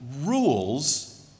rules